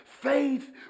Faith